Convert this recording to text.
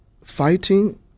fighting